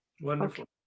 Wonderful